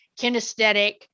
kinesthetic